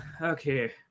Okay